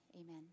amen